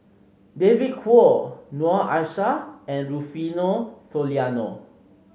David Kwo Noor Aishah and Rufino Soliano